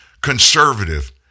conservative